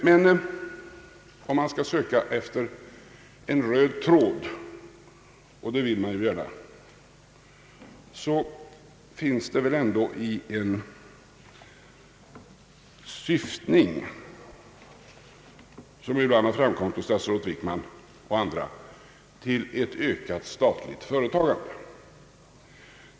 Men om man skall söka efter en röd tråd — och det vill man ju gärna — finns det väl ändå en syftning, som ibland har framkommit från statsrådet Wickman och andra, till ett ökat statligt företagande.